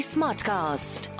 Smartcast